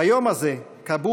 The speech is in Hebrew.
ביום הזה כבו